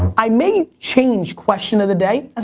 i may change question of the day. as